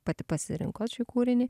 pati pasirinkot šį kūrinį